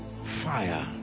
Fire